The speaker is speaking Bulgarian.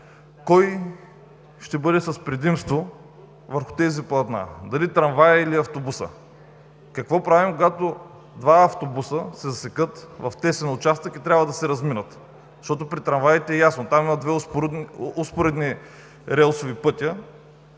кой ще бъде с предимство върху тези платна – дали трамваят, или автобусът. Какво правим, когато два автобуса се засекат в тесен участък и трябва да се разминат? Защото при трамваите е ясно – там има две успоредни релсови пътя,